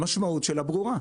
המשמעות שלהם ברורה.